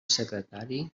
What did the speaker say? secretari